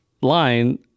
line